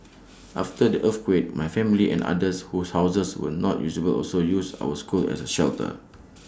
after the earthquake my family and others whose houses were not usable also used our school as A shelter